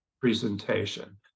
presentation